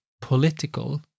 political